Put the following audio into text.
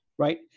Right